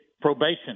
probation